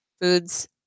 foods